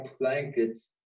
blankets